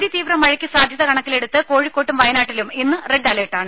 അതിതീവ്ര മഴയ്ക്ക് സാധ്യത കണക്കിലെടുത്ത് കോഴിക്കോട്ടും വയനാട്ടിലും ഇന്ന് റെഡ് അലർട്ടാണ്